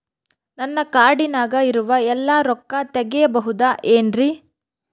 ನನ್ನ ಕಾರ್ಡಿನಾಗ ಇರುವ ಎಲ್ಲಾ ರೊಕ್ಕ ತೆಗೆಯಬಹುದು ಏನ್ರಿ?